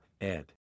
ed